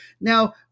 Now